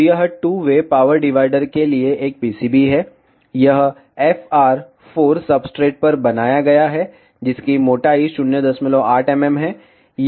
तो यह two way power divider के लिए एक PCB है यह FR 4 सब्सट्रेट पर बनाया गया है जिसकी मोटाई 08 mm है